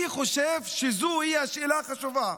אני חושב שזוהי השאלה החשובה.